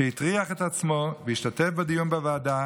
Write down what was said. שהטריח את עצמו והשתתף בדיון בוועדה